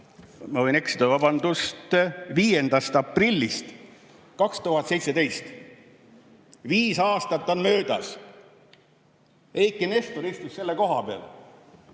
Ma võin eksida. Vabandust! See on 5. aprillist 2017. Viis aastat on möödas. Eiki Nestor istus selle koha peal.